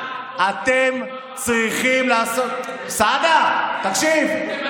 אתם צריכים, סעדה, תקשיב, אוף.